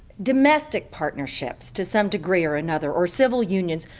domestic partnerships, to some degree or another, or civil unions,